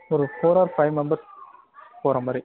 ஒரு four or five members போகறமாரி